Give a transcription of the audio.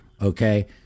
okay